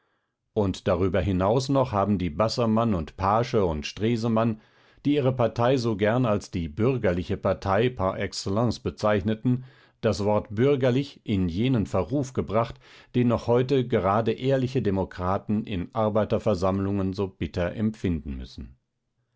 und darüber hinaus noch haben die bassermann und paasche und stresemann die ihre partei so gern als die bürgerliche partei par excellence bezeichneten das wort bürgerlich in jenen verruf gebracht den noch heute gerade ehrliche demokraten in arbeiterversammlungen so bitter empfinden müssen